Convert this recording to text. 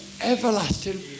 everlasting